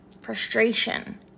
frustration